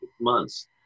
months